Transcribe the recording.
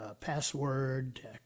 password